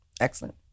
Excellent